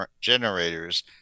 generators